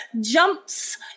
jumps